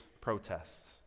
protests